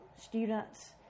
Students